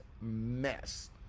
mess